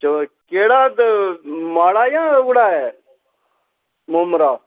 चलो केह्ड़ा ऐ माड़ा जां ओह्कड़ा ऐ मुमरा